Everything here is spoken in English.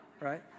right